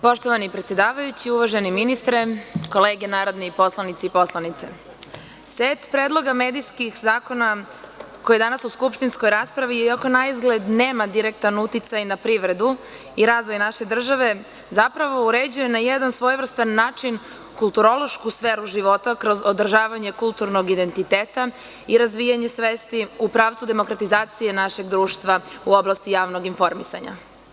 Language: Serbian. Poštovani predsedavajući, uvaženi ministre, kolege narodni poslanici i poslanice, set predloga medijskih zakona, koji su danas u skupštinskoj raspravi, iako naizgled nema direktan uticaj na privredu i razvoj naše države, zapravo uređuje na jedan svojevrstan način kulturološku sferu života, kroz održavanje kulturnog identiteta i razvijanje svesti u pravcu demokratizacije našeg društva u oblasti javnog informisanja.